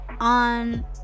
on